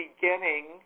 beginning